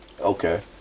okay